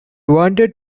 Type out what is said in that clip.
wanted